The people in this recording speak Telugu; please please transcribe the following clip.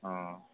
ఆ